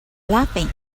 laughing